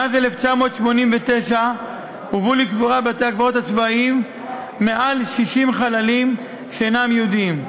מאז 1989 הובאו לקבורה בבתי-הקברות הצבאיים מעל 60 חללים שאינם יהודים.